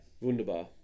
Wunderbar